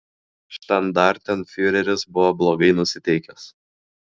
štandartenfiureris buvo blogai nusiteikęs